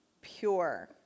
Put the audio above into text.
pure